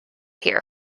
here